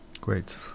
Great